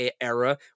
era